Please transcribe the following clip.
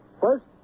First